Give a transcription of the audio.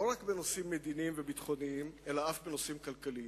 לא רק בנושאים מדיניים וביטחוניים אלא אף בנושאים כלכליים.